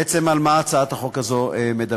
בעצם, על מה הצעת החוק הזאת מדברת?